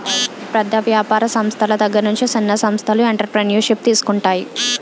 పెద్ద వ్యాపార సంస్థల దగ్గర చిన్న సంస్థలు ఎంటర్ప్రెన్యూర్షిప్ తీసుకుంటాయి